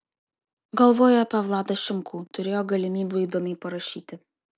galvojo apie vladą šimkų turėjo galimybių įdomiai parašyti